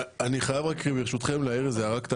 ברשותכם, אני חייב להעיר הערה.